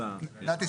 נתי,